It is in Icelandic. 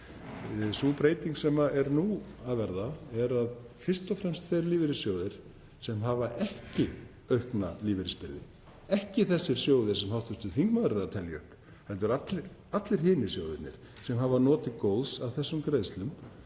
Sú breyting sem nú er að verða er fyrst og fremst sú að þeir lífeyrissjóðir sem hafa ekki aukna lífeyrisbyrði, ekki þessir sjóðir sem hv. þingmaður er að telja upp heldur allir hinir sjóðirnir sem hafa notið góðs af þessum greiðslum,